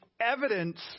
evidence